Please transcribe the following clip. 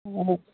অ'